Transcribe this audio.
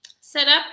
setup